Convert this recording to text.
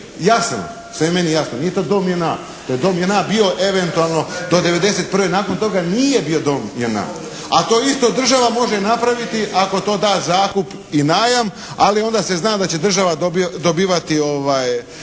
jasno, sve je meni jasno. Nije to Dom JNA, to je Dom JNA bio eventualno do '91., nakon toga nije bio Dom JNA. A to isto država može napraviti ako to da zakup i najam, ali onda se zna da će država dobivati